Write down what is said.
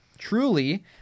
Truly